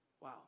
Wow